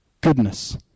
goodness